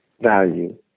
value